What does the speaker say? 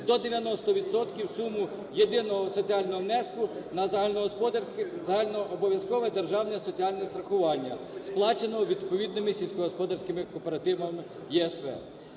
відсотків суми єдиного соціального внеску на загальнообов'язкове державне соціальне страхування, сплаченого відповідними сільськогосподарськими кооперативами (ЄСВ).